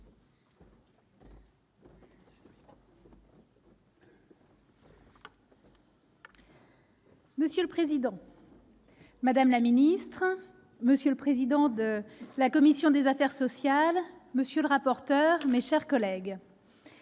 Monsieur le président, madame la secrétaire d'État, monsieur le président de la commission des affaires sociales, monsieur le rapporteur, mes chers collègues,